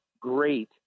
great